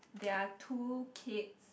there are two kids